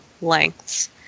lengths